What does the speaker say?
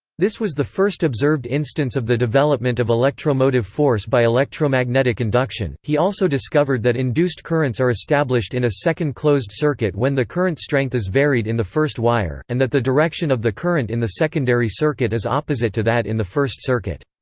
this was the first observed instance of the development of electromotive force by electromagnetic induction he also discovered that induced currents are established in a second closed circuit when the current strength is varied in the first wire, and that the direction of the current in the secondary circuit is opposite to that in the first circuit.